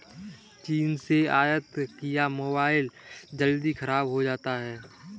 चीन से आयत किया मोबाइल जल्दी खराब हो जाता है